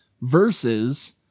versus